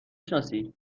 شناسی